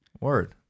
word